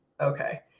Okay